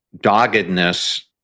doggedness